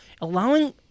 allowing